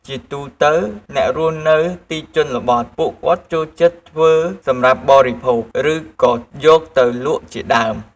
ជាទូទៅអ្នករស់នៅទីជនបទពួកគាត់ចូលចិត្តធ្វើសម្រាប់បរិភោគ ឬក៏យកទៅលក់ជាដើម។